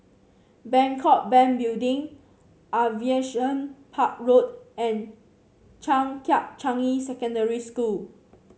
Bangkok Bank Building Aviation Park Road and Changkat Changi Secondary School